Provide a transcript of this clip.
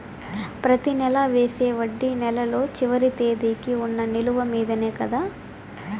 ప్రతి నెల వేసే వడ్డీ నెలలో చివరి తేదీకి వున్న నిలువ మీదనే కదా?